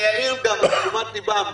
אני אעיר לתשומת ליבם,